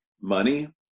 money